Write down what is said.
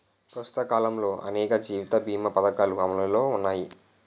ప్రస్తుత కాలంలో అనేక జీవిత బీమా పధకాలు అమలులో ఉన్నాయి